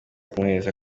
kumuhesha